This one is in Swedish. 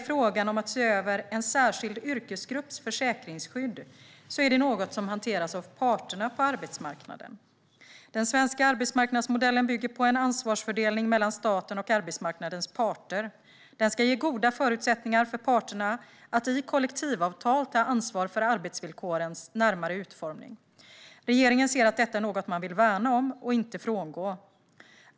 Frågan om att se över en särskild yrkesgrupps försäkringsskydd hanteras av parterna på arbetsmarknaden. Den svenska arbetsmarknadsmodellen bygger på en ansvarsfördelning mellan staten och arbetsmarknadens parter. Den ska ge goda förutsättningar för parterna att i kollektivavtal ta ansvar för arbetsvillkorens närmare utformning. Regeringen anser att detta är något man vill värna om och inte frångå.